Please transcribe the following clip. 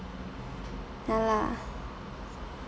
ya lah